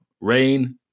rain